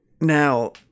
now